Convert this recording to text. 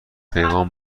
پیغام